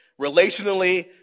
Relationally